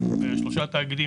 שלושה תאגידים,